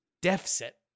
deficit